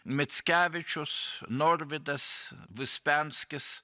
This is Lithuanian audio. mickevičius norvydas vispenskis